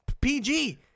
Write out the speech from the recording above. PG